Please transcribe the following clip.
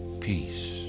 peace